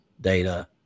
data